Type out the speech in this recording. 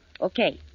Okay